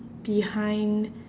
behind